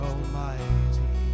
Almighty